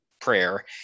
prayer